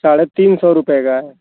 साढ़े तीन सौ रुपये का है